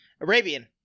Arabian